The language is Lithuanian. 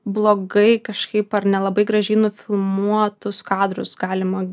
blogai kažkaip ar nelabai gražiai nufilmuotus kadrus galima